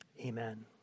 Amen